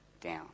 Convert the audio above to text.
down